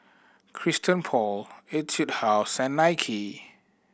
Christian Paul Etude House and Nike